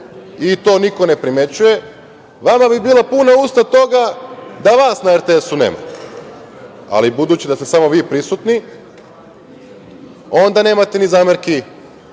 i to niko ne primećuje. Vama bi bila puna usta toga da vas na RTS-u nema, ali budući da ste samo vi prisutni onda nemate ni zamerki